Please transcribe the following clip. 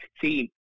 team